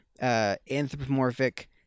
anthropomorphic